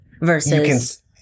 versus